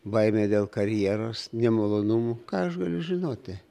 baimė dėl karjeros nemalonumų ką aš galiu žinoti